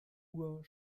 uhr